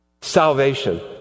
salvation